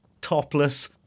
topless